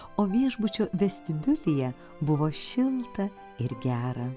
o viešbučio vestibiulyje buvo šilta ir gera